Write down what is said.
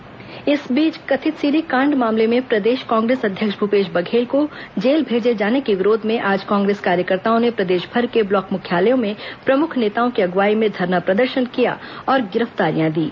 कांग्रेस जेल भरो आंदोलन कथित सीडी कांड मामले में प्रदेश कांग्रेस अध्यक्ष भूपेश बघेल को जेले भेजे जाने के विरोध में आज कांग्रेस कार्यकर्ताओं ने प्रदेशभर के ब्लॉक मुख्यालयों में प्रमुख नेताओं की अगुवाई में धरना प्रदर्शन किया और गिरफ्तारियां दीं